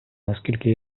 наскільки